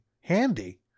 handy